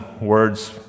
words